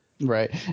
Right